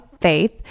Faith